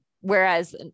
whereas